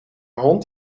hond